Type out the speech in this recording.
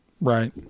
right